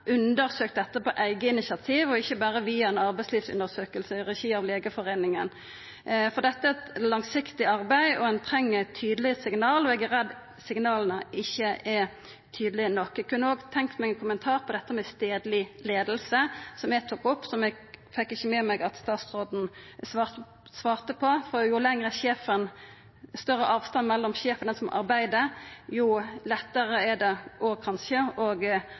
dette på eige initiativ, og ikkje berre via ei arbeidslivsundersøking i regi av Legeforeningen? Dette er eit langsiktig arbeid, og ein treng tydelege signal. Eg er redd signala ikkje er tydelege nok. Eg kunne òg tenkt meg å høyra ein kommentar om stadleg leiing, som eg tok opp. Eg fekk ikkje med meg at statsråden svara på det. Jo større avstanden er mellom den som arbeider og sjefen, jo lettare er det kanskje